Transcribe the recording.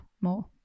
more